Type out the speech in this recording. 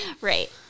Right